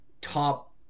top